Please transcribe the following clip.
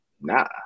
nah